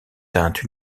teinte